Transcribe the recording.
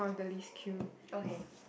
okay